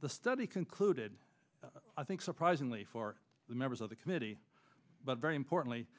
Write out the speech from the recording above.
the study concluded i think surprisingly for the members of the committee but very importantly